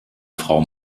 frau